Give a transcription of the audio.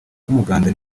nk’umuganda